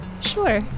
Sure